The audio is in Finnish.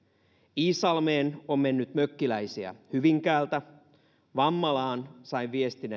iisalmeen on mennyt mökkiläisiä hyvinkäältä vammalaan sain viestin